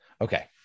okay